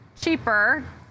cheaper